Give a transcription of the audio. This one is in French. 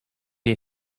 ait